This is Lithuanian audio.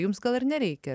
jums gal ir nereikia